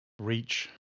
reach